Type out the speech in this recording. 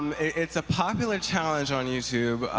it is a poplar challenge on youtube.